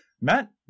Matt